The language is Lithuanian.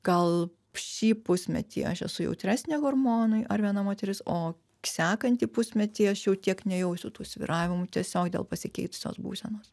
gal šį pusmetį aš esu jautresnė hormonui ar viena moteris o sekantį pusmetį aš jau tiek nejausiu tų svyravimų tiesiog dėl pasikeitusios būsenos